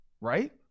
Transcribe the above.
right